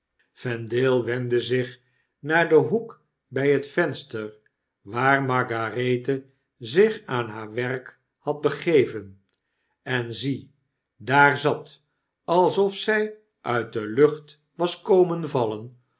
vendale wendde zich naar den hoek bij het venster waar margarethe zich aan haar werk had begeven en zie daar zat alsof zy uit de lucht was komen vallen